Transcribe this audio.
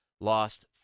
lost